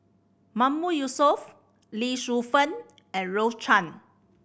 Mahmood Yusof Lee Shu Fen and Rose Chan